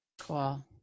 Cool